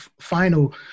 final